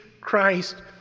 Christ